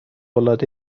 العاده